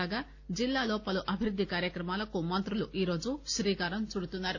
కాగా జిల్లాలో పలు అభివృద్ధి కార్యక్రమాలకు మంత్రులు ఈరోజు శ్రీకారం చుడుతున్నారు